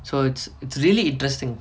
so it's it's really interesting